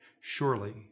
Surely